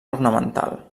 ornamental